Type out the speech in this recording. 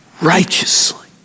righteously